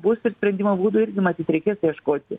bus ir sprendimo būdų irgi matyt reikės ieškoti